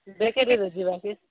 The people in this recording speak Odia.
ବେକାରୀରେ ଯିବା କି